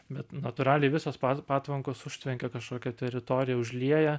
bet natūraliai visos pa patvankos užtvenkia kažkokią teritoriją užlieja